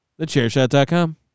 thechairshot.com